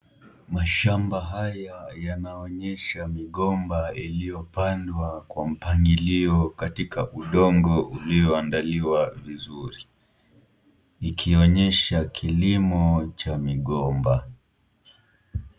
Mashamba haya yanaonyesha migomba iliyopandwa kwa mpangilio katika udongo ulioandaliwa vizuri, ikionyesha kilimo cha migomba .